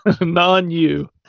Non-you